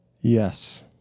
Yes